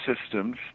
systems